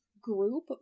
group